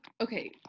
Okay